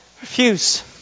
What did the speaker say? Refuse